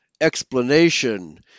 explanation